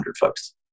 folks